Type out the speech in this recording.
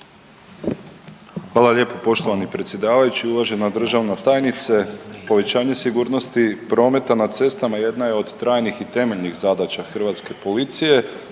Hvala lijepo poštovani predsjedavajući i uvažena državna tajnice. Povećanje sigurnosti prometa na cestama jedna je od trajnih i temeljnih zadaća hrvatske policije